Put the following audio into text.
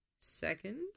Second